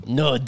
no